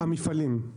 המפעלים.